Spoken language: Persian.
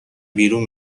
بیرون